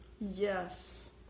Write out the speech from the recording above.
Yes